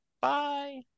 bye